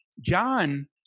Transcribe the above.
John